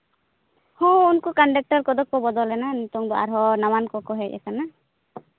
ᱦᱚᱸ ᱩᱱᱠᱩ ᱠᱚᱱᱰᱟᱠᱴᱟᱨ ᱠᱚᱫᱚ ᱠᱚ ᱵᱚᱫᱚᱞᱮᱱᱟ ᱱᱤᱛᱚᱝ ᱫᱚ ᱟᱨᱦᱚᱸ ᱱᱟᱣᱟᱱ ᱠᱚᱠᱚ ᱦᱮᱡ ᱠᱟᱱᱟ